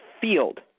field